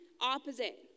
opposite